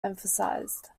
emphasized